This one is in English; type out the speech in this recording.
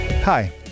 Hi